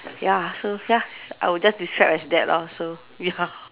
ya so ya I would just describe as that lor so ya